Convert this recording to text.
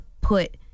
put